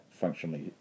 functionally